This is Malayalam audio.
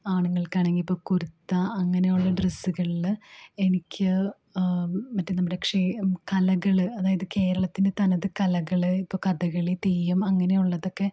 ആണുങ്ങൾക്കാണെങ്കിൽ ഇപ്പോൾ കുർത്ത അങ്ങനെയുള്ള ഡ്രസ്സുകളിൽ എനിക്ക് മറ്റേ നമ്മുടെ ക്ഷേ കലകൾ അതായത് കേരളത്തിൻ്റെ തനതു കലകൾ ഇപ്പോൾ കഥകളി തെയ്യം അങ്ങനെയുള്ളതൊക്കെ